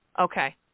Okay